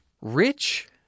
Rich